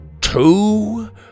Two